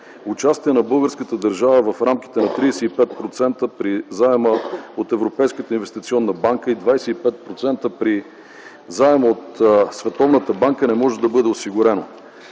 участие на българската държава в рамките на 35% при заема от Европейската инвестиционна банка и 25% при заема от Световната банка не може да бъде осигурено.